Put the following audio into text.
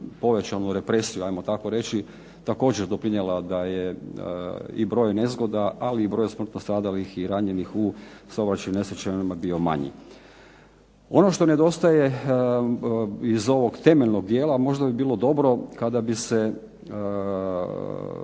povećanu represiju hajmo tako reći također doprinijela da je i broj nezgoda ali i broj smrtno stradalih i ranjenih u saobraćajnim nesrećama bio manji. Ono što nedostaje iz ovog temeljnog dijela možda bi bilo dobro kada bi se